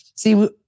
See